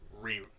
re-